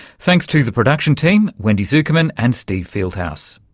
thanks to the production team wendy zukerman and steve fieldhouse.